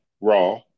raw